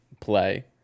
play